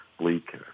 Bleak